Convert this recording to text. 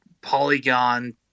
Polygon